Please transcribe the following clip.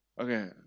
Okay